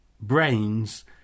brains